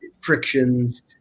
frictions